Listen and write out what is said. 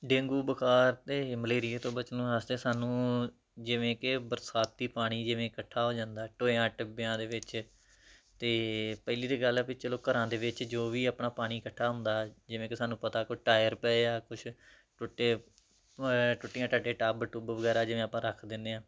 dengue ਬੁਖਾਰ ਅਤੇ ਮਲੇਰੀਏ ਤੋਂ ਬਚਣ ਵਾਸਤੇ ਸਾਨੂੰ ਜਿਵੇਂ ਕਿ ਬਰਸਾਤੀ ਪਾਣੀ ਜਿਵੇਂ ਇਕੱਠਾ ਹੋ ਜਾਂਦਾ ਟੋਇਆ ਟਿੱਬਿਆਂ ਦੇ ਵਿੱਚ ਅਤੇ ਪਹਿਲੀ ਤਾਂ ਗੱਲ ਹੈ ਵੀ ਚਲੋ ਘਰਾਂ ਦੇ ਵਿੱਚ ਜੋ ਵੀ ਆਪਣਾ ਪਾਣੀ ਇਕੱਠਾ ਹੁੰਦਾ ਜਿਵੇਂ ਕਿ ਸਾਨੂੰ ਪਤਾ ਕੋਈ ਟਾਇਰ ਪਏ ਆ ਕੁਛ ਟੁੱਟੇ ਟੁੱਟੀਆਂ ਟਾਟੀਆਂ ਟੱਬ ਟੁੱਬ ਵਗੈਰਾ ਜਿਵੇਂ ਆਪਾਂ ਰੱਖ ਦਿੰਦੇ ਹਾਂ